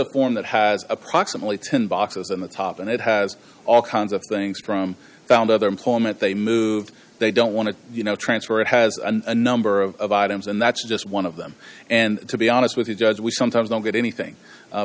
a form that has approximately ten boxes on the top and it has all kinds of things from found other employment they moved they don't want to you know transfer it has and number of items and that's just one of them and to be honest with you judge we sometimes don't get anything